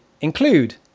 include